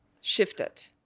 shifted